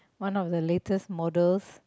one of the latest models